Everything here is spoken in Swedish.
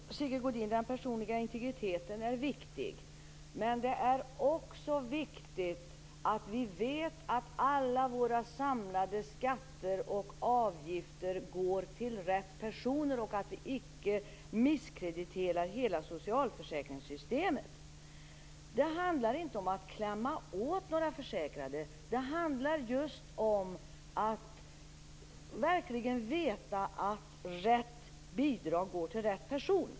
Fru talman! Jo, Sigge Godin, den personliga integriteten är viktig. Men det är också viktigt att vi vet att alla våra samlade skatter och avgifter går till rätt personer, och att vi icke misskrediterar hela socialförsäkringssystemet. Det handlar inte om att klämma åt några försäkrade, utan det handlar just om att verkligen veta att rätt bidrag går till rätt person.